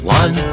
one